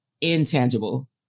intangible